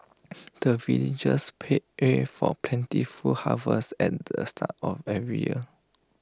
the villagers pray for plentiful harvest at the start of every year